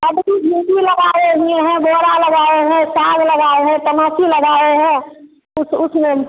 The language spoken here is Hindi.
मेथी लगाए हुए हैं बोड़ा लगाए हैं साग लगाए हैं तमाखू लगाए हैं उस उसमें